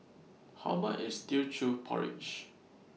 How much IS Teochew Porridge